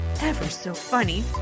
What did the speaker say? ever-so-funny